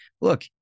look